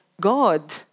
god